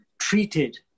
treated